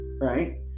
right